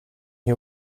who